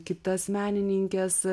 kitas menininkės